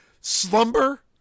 slumber